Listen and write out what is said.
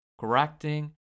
correcting